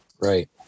Right